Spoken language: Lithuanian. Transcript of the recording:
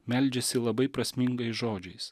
meldžiasi labai prasmingais žodžiais